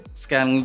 scan